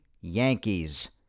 Yankees